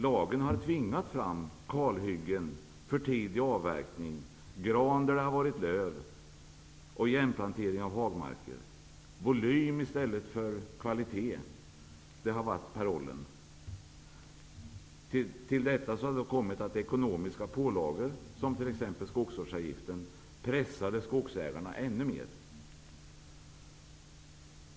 Lagen har tvingat fram kalhyggen, för tidig avverkning, granskog där det förut har varit lövskog och igenplantering av hagmarker. Parollen har varit volym i stället för kvalitet. Till detta har kommit att ekonomiska pålagor, som t.ex. skogsvårdsavgiften, pressade skogsägarna ännu mer.